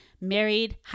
married